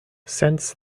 since